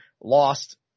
lost